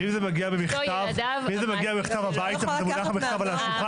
ואם זה מגיע במכתב הביתה והמכתב מונח על השולחן,